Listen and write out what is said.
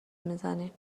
میزنی